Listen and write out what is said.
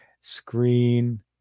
screen